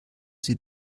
sie